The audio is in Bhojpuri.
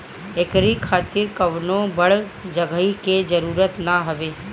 एकरी खातिर कवनो बड़ जगही के जरुरत ना हवे